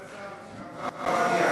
יענקלה,